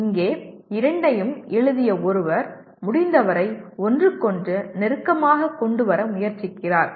இங்கே இரண்டையும் எழுதிய ஒருவர் முடிந்தவரை ஒன்றுக்கொன்று நெருக்கமாக கொண்டுவர முயற்சிக்கிறார்